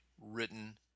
written